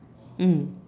mm